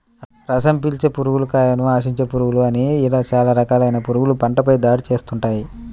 రసం పీల్చే పురుగులు, కాయను ఆశించే పురుగులు అని ఇలా చాలా రకాలైన పురుగులు పంటపై దాడి చేస్తుంటాయి